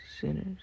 sinners